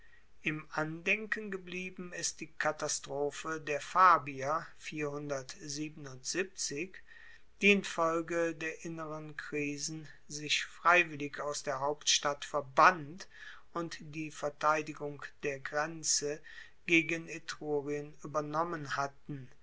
im andenken geblieben ist die katastrophe der fabier die infolge der inneren krisen sich freiwillig aus der hauptstadt verbannt und die verteidigung der grenze gegen etrurien uebernommen hatten